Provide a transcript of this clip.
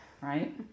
right